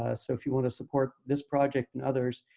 ah so, if you want to support this project and others,